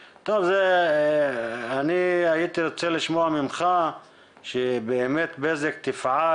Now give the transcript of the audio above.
אני הייתי רוצה לשמוע ממך שבאמת בזק תפעל